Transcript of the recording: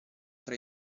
tra